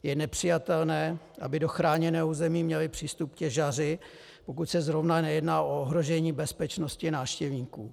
Je nepřijatelné, aby do chráněného území měli přístup těžaři, pokud se zrovna nejedná o ohrožení bezpečnosti návštěvníků.